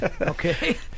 Okay